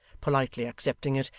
politely accepting it,